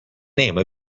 name